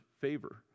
favor